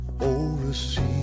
overseas